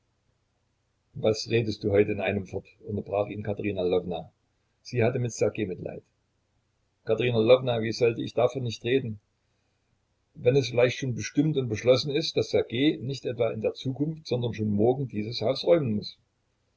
was redest du heute in einem fort unterbrach ihn katerina lwowna sie hatte mit ssergej mitleid katerina lwowna wie sollte ich davon nicht reden wenn es vielleicht schon bestimmt und beschlossen ist daß ssergej nicht etwa in der zukunft sondern schon morgen dieses haus räumen muß